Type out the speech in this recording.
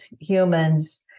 humans